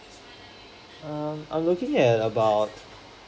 um I'm looking at about